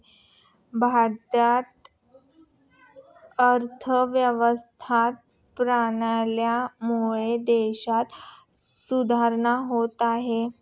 भारतीय अर्थव्यवस्था प्रणालीमुळे देशात सुधारणा होत आहे